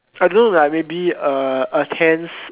I don't know like maybe uh a tense